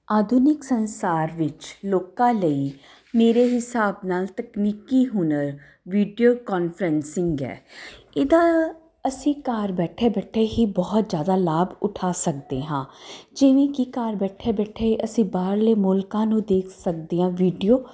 ਆਧੁਨਿਕ ਸੰਸਾਰ ਵਿੱਚ ਲੋਕਾਂ ਲਈ ਮੇਰੇ ਹਿਸਾਬ ਨਾਲ ਤਕਨੀਕੀ ਹੁਨਰ ਵੀਡੀਓ ਕਾਨਫਰੰਸਿੰਗ ਹੈ ਇਹਦਾ ਅਸੀਂ ਘਰ ਬੈਠੇ ਬੈਠੇ ਹੀ ਬਹੁਤ ਜਿਆਦਾ ਲਾਭ ਉਠਾ ਸਕਦੇ ਹਾਂ ਜਿਵੇਂ ਕਿ ਘਰ ਬੈਠੇ ਬੈਠੇ ਅਸੀਂ ਬਾਹਰਲੇ ਮੁਲਕਾਂ ਨੂੰ ਦੇਖ ਸਕਦੇ ਆਂ ਵੀਡੀਓ